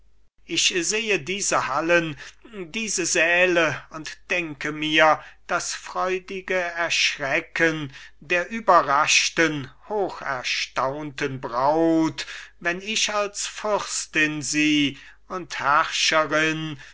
ich sehe diese hallen diese säle und denke mir das freudige erschrecken der überraschten hoch erstaunten braut wenn ich als fürstin sie und